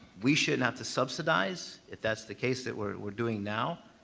we shouldn't have to subsidize if that's the case that we're we're doing now,